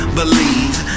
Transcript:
believe